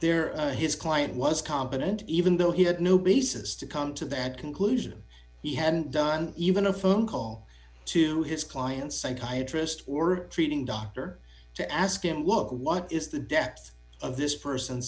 their his client was competent even though he had no basis to come to that conclusion he hadn't done even a phone call to his client's psychiatrist or treating doctor to ask him look what is the depth of this person